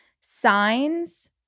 Signs